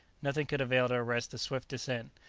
nothing could avail to arrest the swift descent.